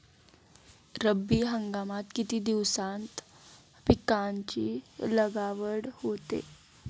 रब्बी हंगामात किती दिवसांत पिकांची लागवड होते?